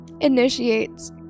initiates